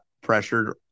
pressured